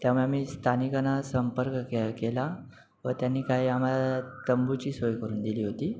त्यामुळे आम्ही स्थानिकांना संपर्क के केला व त्यांनी काय आम्हाला तंबूची सोय करून दिली होती